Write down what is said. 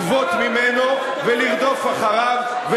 ולגבות ממנו ולרדוף אחריו,